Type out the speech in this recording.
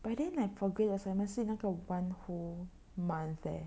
by then I forget S_M_S_C 那个 one whole month leh